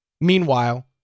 Meanwhile